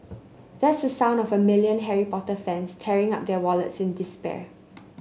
that's the sound of a million Harry Potter fans tearing up their wallets in despair